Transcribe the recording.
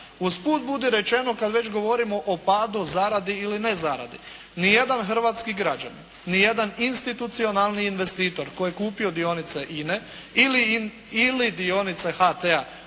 Usput budi rečeno kad već govorimo o padu, zaradi ili nezaradi. Ni jedan hrvatski građanin, ni jedan institucionalni investitor koji je kupio dionice INA-e ili dionice HT-a,